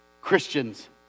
Christians